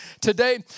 today